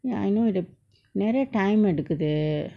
ya I know the நெரய:neraya time எடுக்குது:edukuthu